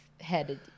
headed